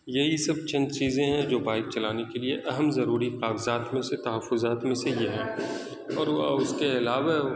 یہی سب چند چیزیں ہیں جو بائیک چلانے کے لیے اہم ضروری کاغذات میں سے تحفظات میں سے یہ ہیں اور وہ اس کے علاوہ